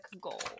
goal